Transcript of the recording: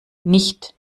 nicht